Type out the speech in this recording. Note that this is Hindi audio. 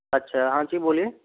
अच्छा हाँ जी बोलिए